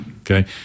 okay